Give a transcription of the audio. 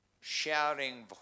shouting